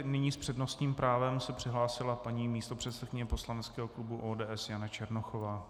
Nyní s přednostním právem se přihlásila paní místopředsedkyně poslaneckého klubu ODS Jana Černochová.